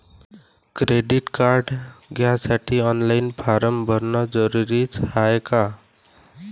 Credit card घ्यासाठी online form भरन जरुरीच हाय का?